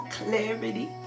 Clarity